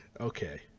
Okay